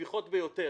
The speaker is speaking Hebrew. מביכות ביותר.